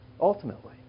ultimately